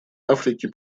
африки